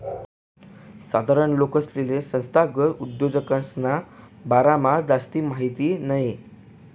साधारण लोकेसले संस्थागत उद्योजकसना बारामा जास्ती माहिती नयी